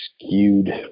skewed